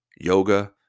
yoga